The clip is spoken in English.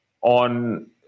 on